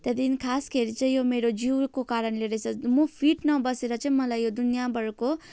त्यहाँदेखि खास गरी चाहिँ यो मेरो जिउको कारणले रहेछ म फिट नबसेर चाहिँ मलाई यो दुनियाभरको रोगहरूले